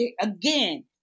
Again